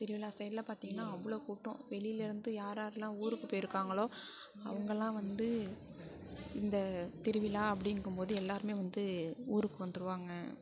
திருவிழா சைட்டில பார்த்திங்கன்னா அவ்வளோ கூட்டம் வெளிலேருந்து யாரார்லாம் ஊருக்கு போயிருக்காங்களோ அவங்களாம் வந்து இந்த திருவிழா அப்படிங்கும்போது எல்லாருமே வந்து ஊருக்கு வந்துருவாங்க